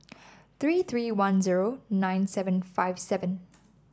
three three one zero nine seven five seven